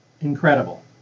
Incredible